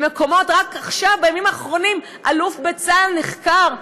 רק עכשיו, בימים האחרונים, אלוף בצה"ל נחקר.